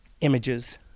images